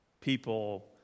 people